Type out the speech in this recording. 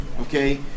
okay